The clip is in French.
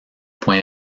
point